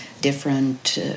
different